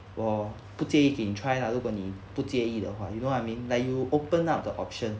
我不介意给你 try lah 如果你不介意的话 you know what I mean like you open up the option